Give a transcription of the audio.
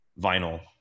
vinyl